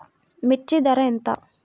మిర్చి ధర ఎంత?